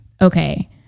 okay